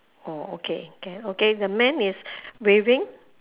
orh okay can okay the man is waving